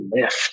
lift